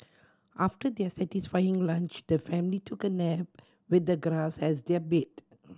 after their satisfying lunch the family took a nap with the grass as their bed